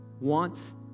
wants